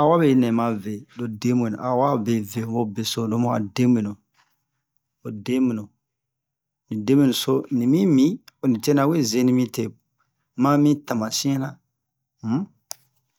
awabe nɛ mave lo debenu awabe ve'obe so lomu'a debenu ho debenu ni debenuso nimi mi oni tenawe zenimi te mami tamasin na um